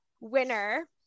winner